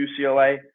UCLA